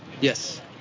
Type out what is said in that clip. Yes